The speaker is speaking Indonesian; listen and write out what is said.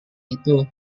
itu